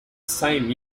same